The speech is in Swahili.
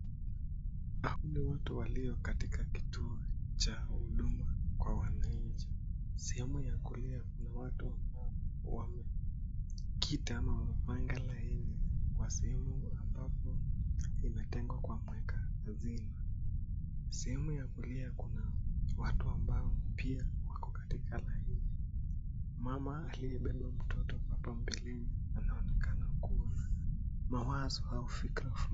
Hawa ni Watu walio katikati kituo cha huduma cha wananchi . Sehemu ya kulia Kuna watu ambao wameketi au wamepanga laini kwa sehemu ambako kumetegwa na mweka hazina . Sehemu ya kulia Kuna pia watu katika laini . Mama aliye beba mtoto hapo mbeleni anaonekana kuwa na mawazo au fikra Fulani.